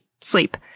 sleep